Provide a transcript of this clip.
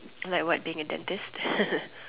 like what being a dentist